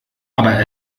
aber